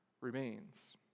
remains